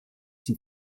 sie